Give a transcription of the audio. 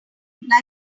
things